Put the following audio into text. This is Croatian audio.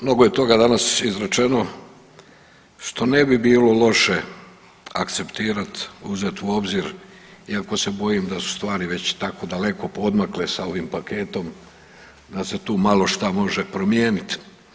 Mnogo je toga danas izrečeno što ne bi bilo loše akceptirat, uzet u obzir iako se bojim da su stvari već tako daleko poodmakle sa ovim paketom da se tu malo šta može promijenit.